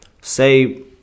Say